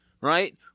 right